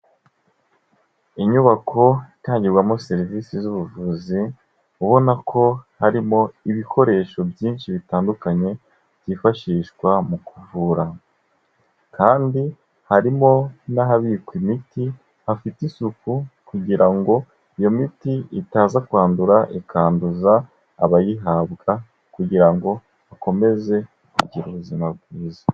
Inyubako itangirwamo serivisi z'ubuvuzi ubona ko harimo ibikoresho byinshi bitandukanye byifashishwa mu kuvura. Kandi harimo n'ahabikwa imiti hafite isuku kugira ngo iyo miti itaza kwandura ikanduza abayihabwa kugira ngo bakomeze kugira ubuzima bwiza.